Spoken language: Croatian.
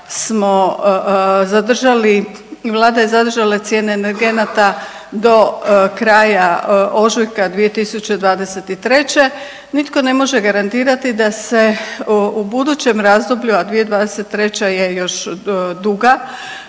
Vlada je zadržala cijene energenata do kraja ožujka 2023., nitko ne može garantirati da se u budućem razdoblju, a 2023. je još duga,